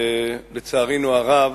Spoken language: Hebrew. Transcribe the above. לצערנו הרב,